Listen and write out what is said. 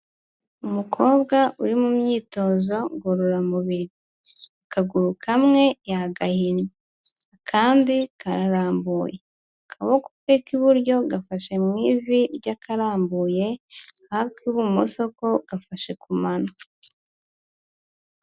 Umukobwa uri mu myitozo ngororamubiri akaguru kamwe yagahinnye akandi kararambuye, akaboko ke k'iburyo gafashe mu ivi ry'akararambuye ak'ibumoso ko gafashe ku mano.